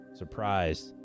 surprised